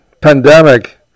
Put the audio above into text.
pandemic